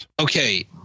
Okay